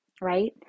right